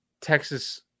Texas